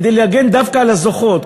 כדי להגן דווקא על הזוכות,